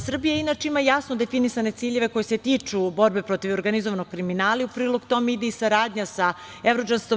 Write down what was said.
Srbija, inače, ima jasno definisane ciljeve koji se tiču borbe protiv organizovanog kriminala i u prilog tome ide i saradnja sa EVRODžAST-om.